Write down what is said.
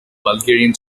bulgarian